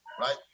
right